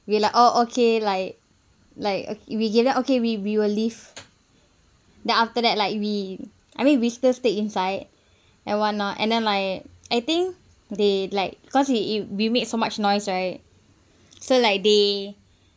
we like oh okay like like uh we get out okay we we will leave then after that like we I mean we still stay inside and what not and then like I think they like cause it it we make so much noise right so like they